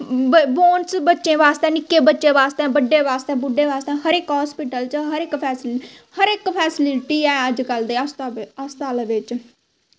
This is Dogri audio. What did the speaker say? ओह् बच्चें बास्तै निक्के बच्चें बास्तै बड्डें बास्तै बुड्ढें बास्तै हर इक्क हॉस्पिटल च हर इक्क फेस्लिटी हर इक्क फेस्लिटी ऐ अज्जकल हर हॉस्पिटल बिच